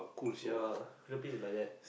ya Philippines is like that